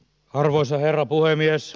arvoisa herra puhemies